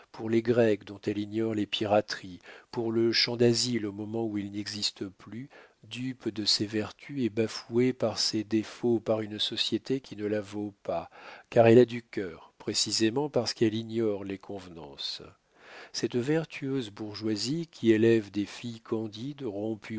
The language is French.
les grecs dont elle ignore les pirateries pour le champ dasile au moment où il n'existe plus dupe de ses vertus et bafouée pour ses défauts par une société qui ne la vaut pas car elle a du cœur précisément parce qu'elle ignore les convenances cette vertueuse bourgeoisie qui élève des filles candides rompues